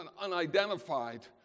unidentified